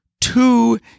two